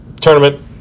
tournament